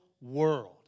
world